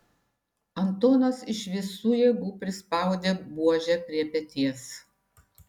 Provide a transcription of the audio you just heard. antonas iš visų jėgų prispaudė buožę prie peties